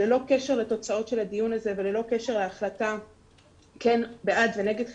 שללא קשר לתוצאות של הדיון הזה וללא קשר להחלטה בעד ונגד חיסונים,